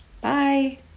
Bye